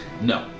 No